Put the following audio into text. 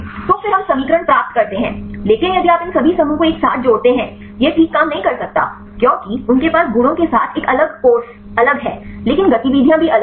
तो फिर हम समीकरण प्राप्त करते हैं लेकिन यदि आप इन सभी समूहों को एक साथ जोड़ते हैं यह ठीक काम नहीं कर सकता क्योंकि उनके पास गुणों के साथ एक अलग कोर्स अलग है लेकिन गतिविधियां भी अलग हैं